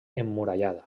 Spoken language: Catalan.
emmurallada